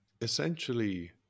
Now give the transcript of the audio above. essentially